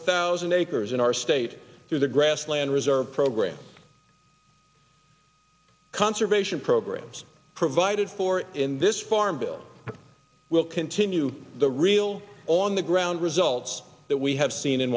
thousand acres in our state through the grassland reserve program conservation programs provided for in this farm bill will continue the real on the ground results that we have seen in